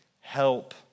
help